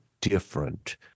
different